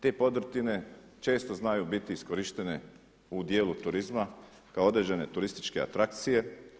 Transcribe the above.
Te podrtine često znaju biti iskorištene u dijelu turizma kao određene turističke atrakcije.